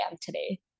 today